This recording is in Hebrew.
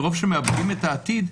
מרוב שהם מאבדים את העתיד,